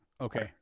Okay